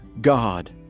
God